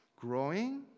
Growing